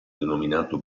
denominato